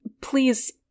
please